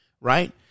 right